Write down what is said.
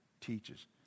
teaches